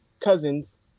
Cousins